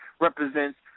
represents